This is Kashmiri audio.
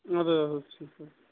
اَدٕ حظ اَدٕ ٹھیٖک حظ چھِ